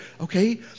Okay